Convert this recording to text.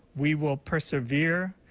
we will persevere.